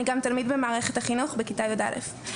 אני גם תלמיד במערכת החינוך, בכתה י"א.